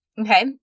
okay